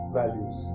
values